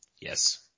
Yes